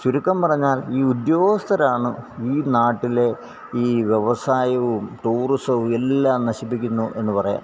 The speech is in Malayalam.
ചുരുക്കം പറഞ്ഞാല് ഈ ഉദ്യോഗസ്ഥരാണ് ഈ നാട്ടിലെ ഈ വ്യവസായവും ടൂറിസവും എല്ലാം നശിപ്പിക്കുന്നു എന്നു പറയാന്